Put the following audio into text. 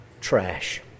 trash